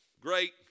great